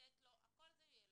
הכול זה ילדים,